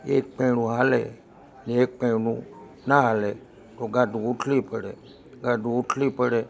એક પૈડું ચાલે ને એક પૈડું ના ચાલે તો ગાડું ઉથલી પડે ગાડું ઉથલી પડે